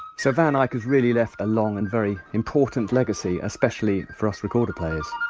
so, van eyck has really left a long and very important legacy, especially for us recorder players